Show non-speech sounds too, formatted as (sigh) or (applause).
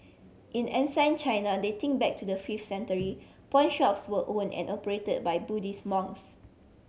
in (unintelligible) China dating back to the fifth century pawnshops were own and operate by Buddhist monks